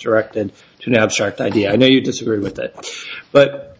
direct and to no abstract idea i know you disagree with it but